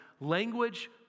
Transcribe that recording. language